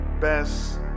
best